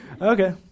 Okay